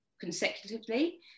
consecutively